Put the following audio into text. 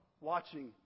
watching